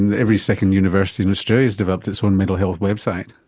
and every second university in australia has developed its own mental health website.